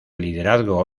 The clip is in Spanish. liderazgo